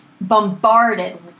bombarded